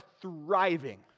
thriving